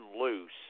loose